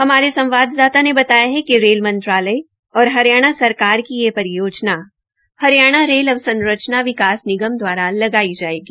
हमारे संवाददाता ने बताया कि रेल मंत्रालय और हरियाणा सरकार की यह परियोजना हरियाणा रेल अवसंरचना विकास निगम द्वारा लगाई जायेगी